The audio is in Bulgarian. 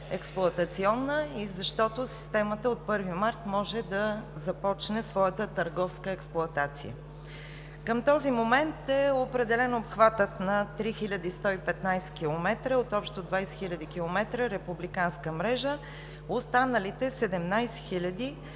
експлоатационна готовност и защото системата от 1 март може да започне своята търговска експлоатация. Към този момент е определен обхватът на 3115 км от общо 20 000 км републиканска мрежа. Останалите 17 000